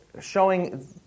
showing